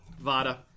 Vada